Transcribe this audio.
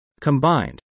Combined